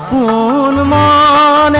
oolec law